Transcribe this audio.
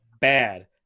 bad